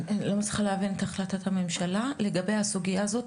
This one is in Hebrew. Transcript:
אני לא מצליחה להבין את החלטת הממשלה לגבי הסוגיה הזו,